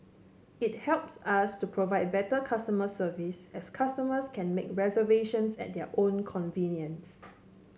it helps us to provide better customer service as customers can make reservations at their own convenience